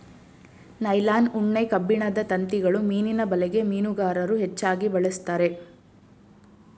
nylon, ಉಣ್ಣೆ, ಕಬ್ಬಿಣದ ತಂತಿಗಳು ಮೀನಿನ ಬಲೆಗೆ ಮೀನುಗಾರರು ಹೆಚ್ಚಾಗಿ ಬಳಸ್ತರೆ